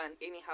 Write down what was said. anyhow